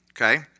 okay